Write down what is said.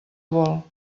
vol